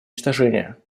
уничтожения